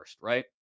right